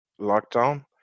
lockdown